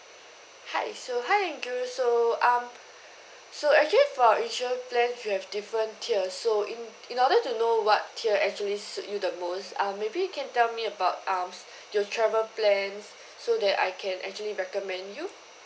hi so hi andrew so um so actually for our insurance plan we have different tier so in in order to know what tier actually suit you the most um maybe you can tell me about um your travel plans so that I can actually recommend you